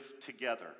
together